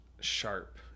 sharp